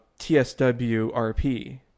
TSWRP